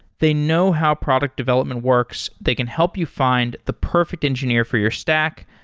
they know how product development works. they can help you find the perfect engineer for your stack,